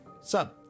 sub